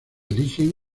eligen